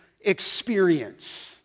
experience